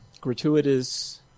gratuitous